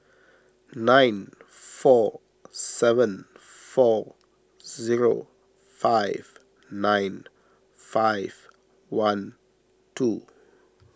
nine four seven four zero five nine five one two